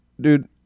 dude